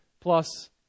plus